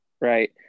right